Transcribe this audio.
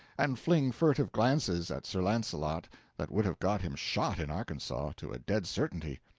and fling furtive glances at sir launcelot that would have got him shot in arkansas, to a dead certainty.